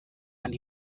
and